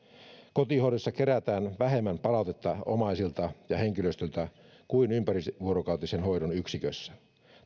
kotihoidossa kerätään vähemmän palautetta omaisilta ja henkilöstöltä kuin ympärivuorokautisen hoidon yksikössä